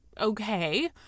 okay